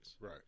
Right